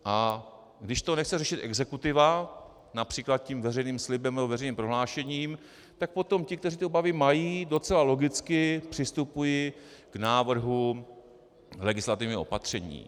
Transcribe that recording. A když to nechce řešit exekutiva, například veřejným slibem, veřejným prohlášením, tak potom ti, kteří obavy mají, docela logicky přistupují k návrhu legislativního opatření.